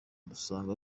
dusanga